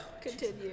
Continue